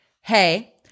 Hey